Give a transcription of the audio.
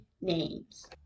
names